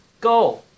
Go